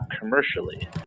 commercially